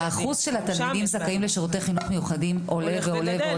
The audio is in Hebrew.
אחוז התלמידים הזכאים לשירותי חינוך מיוחדים הולך וגדל.